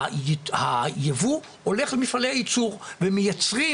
הייבוא הולך למפעלי הייצור ומייצרים